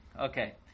okay